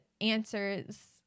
answers